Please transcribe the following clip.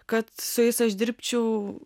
kad su jais aš dirbčiau